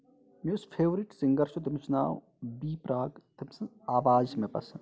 یُس favourite singer چھُ تٔمِس چھُ ناو بی پَراگ تٔمۍ سٕنز آواز چھِ مےٚ پسنٛد